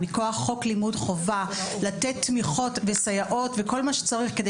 מכוח חוק לימוד חובה לתת תמיכות וסייעות וכל מה שצריך כדי